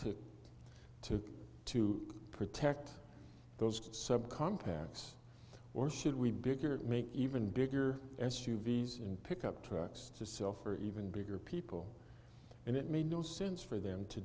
to to protect those subcompacts or should we bigger it make even bigger s u v s and pickup trucks to sell for even bigger people and it made no sense for them to